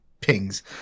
pings